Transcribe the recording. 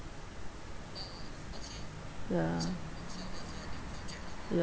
ya ya